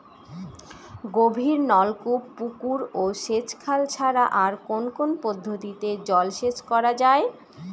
গভীরনলকূপ পুকুর ও সেচখাল ছাড়া আর কোন কোন পদ্ধতিতে জলসেচ করা যায়?